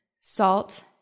salt